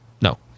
no